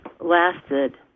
lasted